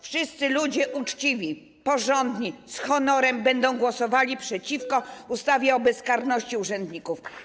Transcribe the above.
Wszyscy ludzie uczciwi, porządni, z honorem będą głosowali przeciwko ustawie o bezkarności urzędników.